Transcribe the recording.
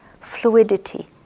Fluidity